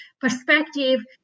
perspective